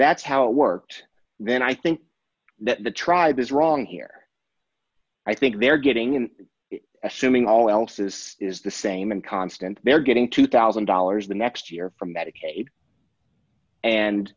that's how it worked then i think that the tribe is wrong here i think they're getting and assuming all else is is the same and constant they're getting two thousand dollars the next year for medicaid and